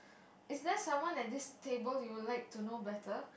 is there someone at this table you would like to know better